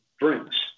drinks